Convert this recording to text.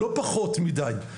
לא פחות מדי,